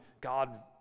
God